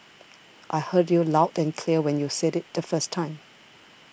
I heard you loud and clear when you said it the first time